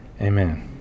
Amen